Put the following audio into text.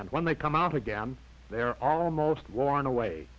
and when they come out again they're almost worn away